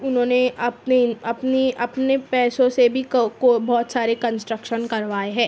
انہوں نے اپنے اپنی اپنے پیسوں سے بھی بہت سارے کنسٹرکشن کروائے ہے